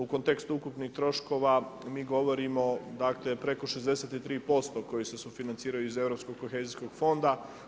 U kontekstu ukupnih troškova mi govorimo, dakle preko 63% koji se sufinanciraju iz Europskog kohezijskog fonda.